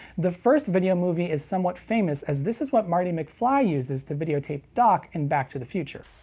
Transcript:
the first videomovie is somewhat famous as this is what marty mcfly uses to videotape doc in back to the future.